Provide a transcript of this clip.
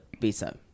visa